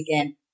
again